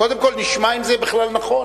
קודם כול נשמע אם זה בכלל נכון.